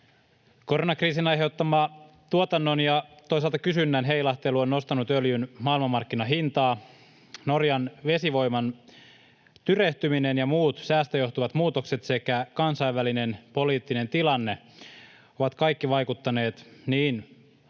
Koronakriisin aiheuttama tuotannon ja toisaalta kysynnän heilahtelu on nostanut öljyn maailmanmarkkinahintaa. Norjan vesivoiman tyrehtyminen ja muut säästä johtuvat muutokset sekä kansainvälinen poliittinen tilanne ovat kaikki vaikuttaneet niin